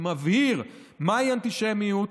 המבהיר מהי אנטישמיות,